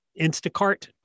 Instacart